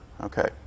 Okay